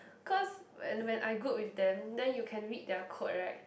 cause when when I group with them then you can read their code right